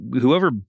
whoever